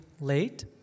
late